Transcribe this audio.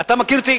אתה מכיר אותי,